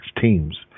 teams